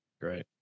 Great